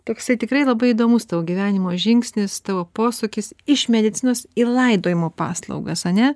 toksai tikrai labai įdomus tavo gyvenimo žingsnis tavo posūkis iš medicinos į laidojimo paslaugas ane